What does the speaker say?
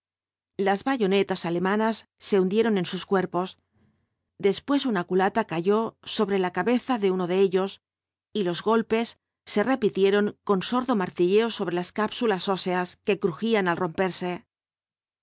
las bayonetas alemanas se hundieron en sus cuerpos después una culata cayó sobre la cabeza de uno de ellos y los golpes se repitieron con sordo martilleo sobre las cápsulas óseas que crujían al romperse